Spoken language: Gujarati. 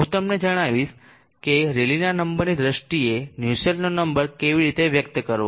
હું તમને જણાવીશ કે રેલીના નંબરની દ્રષ્ટિએ નુસેલ્ટનો નંબર કેવી રીતે વ્યક્ત કરવો